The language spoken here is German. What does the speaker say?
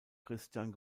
christian